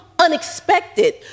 unexpected